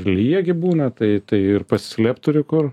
lyja gi būna tai ir pasislėpt turi kur